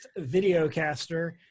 videocaster